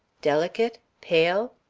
delicate? pale?